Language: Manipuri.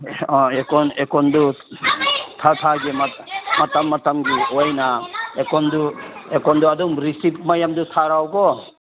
ꯑꯥ ꯑꯦꯀꯥꯎꯟ ꯑꯦꯀꯥꯎꯟꯗꯨ ꯊꯥ ꯊꯥꯒꯤ ꯃꯇꯝ ꯃꯇꯝꯒꯤ ꯑꯣꯏꯅ ꯑꯦꯀꯥꯎꯟꯗꯨ ꯑꯦꯀꯥꯎꯟꯗꯨ ꯑꯗꯨꯝ ꯔꯤꯁꯤꯐ ꯃꯌꯥꯝꯗꯨ ꯊꯥꯔꯛꯎꯀꯣ